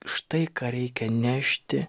štai ką reikia nešti